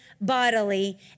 bodily